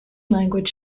language